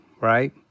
right